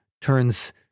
turns